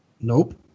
Nope